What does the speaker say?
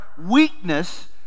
weakness